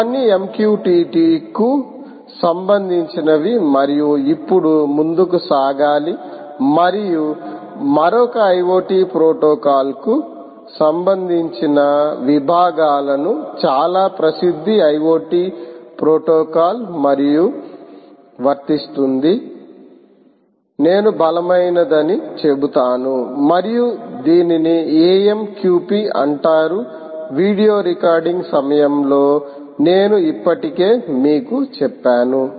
ఇవన్నీ MQTT కు సంబంధించినవి మరియు ఇప్పుడు ముందుకు సాగాలి మరియు మరొక IoT ప్రోటోకాల్కు సంబంధించిన విభాగాలను చాలా ప్రసిద్ధ IoT ప్రోటోకాల్ మరియు వర్తిస్తుంది నేను బలమైనదని చెబుతాను మరియు దీనిని AMQP అంటారు వీడియో రికార్డింగ్ సమయంలో నేను ఇప్పటికే మీకు చెప్పాను